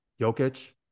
Jokic